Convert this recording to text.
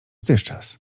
tychczas